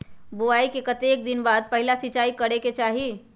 बोआई के कतेक दिन बाद पहिला सिंचाई करे के चाही?